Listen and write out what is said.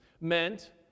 meant